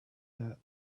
that